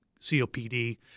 COPD